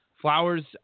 Flowers